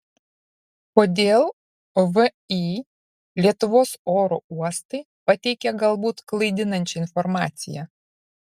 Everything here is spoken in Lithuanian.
kodėl vį lietuvos oro uostai pateikė galbūt klaidinančią informaciją